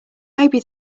maybe